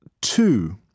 two